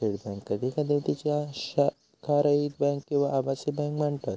थेट बँक कधी कधी तिका शाखारहित बँक किंवा आभासी बँक म्हणतत